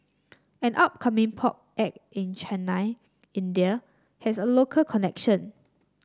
an upcoming pop act in Chennai India has a local connection